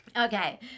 Okay